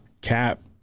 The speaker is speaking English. Cap